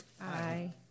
Aye